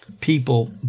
people